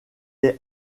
est